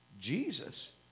Jesus